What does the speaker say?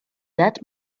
that